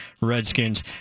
Redskins